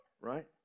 Right